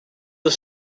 the